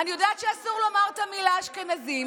אני יודעת שאסור לומר את המילה "אשכנזים",